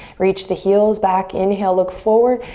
reach the heels back. inhale, look forward.